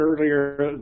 earlier